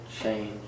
change